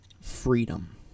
freedom